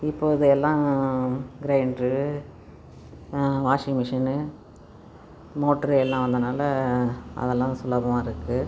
இப்போது எல்லாம் கிரைண்டுரு வாஷிங்மெஷின்னு மோட்டரு எல்லாம் வந்தனால் அதெல்லாம் சுலபமாகிருக்கு